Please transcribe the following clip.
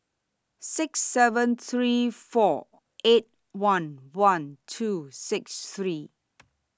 six seven three four eight one one two six three